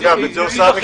אגב, את זה עושה המשטרה.